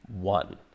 one